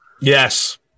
Yes